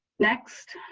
next,